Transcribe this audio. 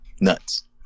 nuts